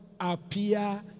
appear